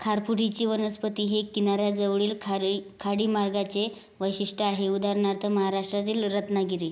खारफुटीची वनस्पती हे किनाऱ्याजवळील खारी खाडीमार्गाचे वैशिष्ट्य आहे उदाहरणार्थ महाराष्ट्रातील रत्नागिरी